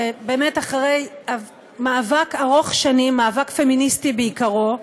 באמת אחרי מאבק ארוך שנים מאבק פמיניסטי בעיקרו,